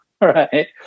Right